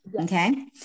Okay